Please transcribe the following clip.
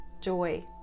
joy